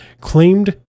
claimed